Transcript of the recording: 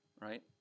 Right